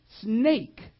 snake